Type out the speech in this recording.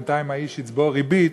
בינתיים האיש יצבור ריבית,